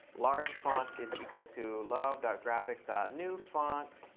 large font is equal to love graphics newfont.